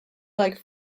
like